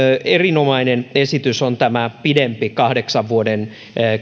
erinomainen esitys on tämä pidempi kahdeksan vuoden